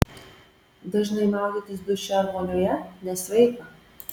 dažnai maudytis duše ar vonioje nesveika